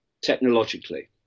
technologically